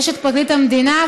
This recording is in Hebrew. יש את פרקליט המדינה,